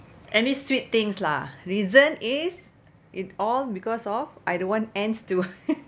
any sweet things lah reason is it's all because of I don't want ants to